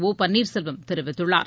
ஒபன்னீர்செல்வம் தெரிவித்துள்ளார்